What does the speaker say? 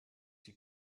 die